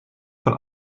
von